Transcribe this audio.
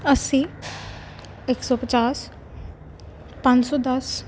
ਅੱਸੀ ਇੱਕ ਸੌ ਪਚਾਸ ਪੰਜ ਸੌ ਦਸ